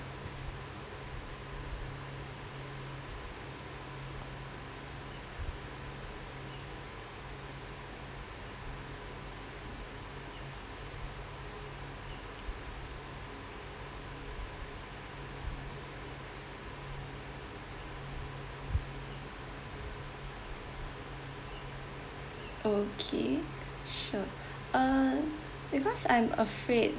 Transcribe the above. okay sure uh because I'm afraid